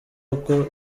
uko